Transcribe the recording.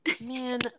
Man